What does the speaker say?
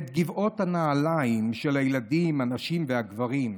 את גבעות הנעליים של הילדים, הנשים והגברים,